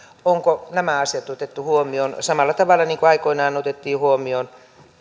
onko nämä asiat otettu huomioon samalla tavalla niin kuin aikoinaan otettiin huomioon